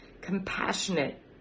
compassionate